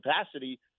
capacity